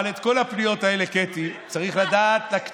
אבל את כל הפניות האלה, קטי, צריך לדעת מה הכתובת.